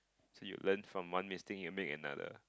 so you learn from one mistake you make another